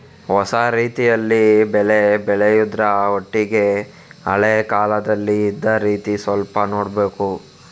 ಹೊಸ ರೀತಿಯಲ್ಲಿ ಬೆಳೆ ಬೆಳೆಯುದ್ರ ಒಟ್ಟಿಗೆ ಹಳೆ ಕಾಲದಲ್ಲಿ ಇದ್ದ ರೀತಿ ಸ್ವಲ್ಪ ನೋಡ್ಬೇಕು